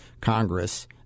Congress